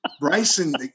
Bryson